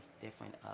different